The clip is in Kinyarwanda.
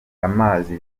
amazi